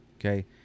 okay